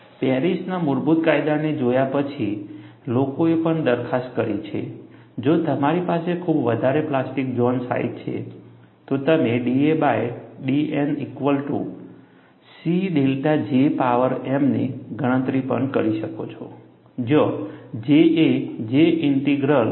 પેરિસના મૂળભૂત કાયદાને જોયા પછી લોકોએ પણ દરખાસ્ત કરી છે જો તમારી પાસે ખૂબ વધારે પ્લાસ્ટિક ઝોન સાઇઝ છે તો તમે da by dN equal to C delta J power m ની ગણતરી પણ કરી શકો છો જ્યાં J એ J ઇંટીગ્રલ છે